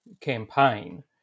campaign